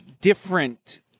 different